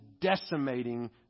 decimating